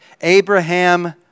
Abraham